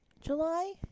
July